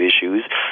issues